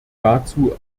dazu